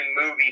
movie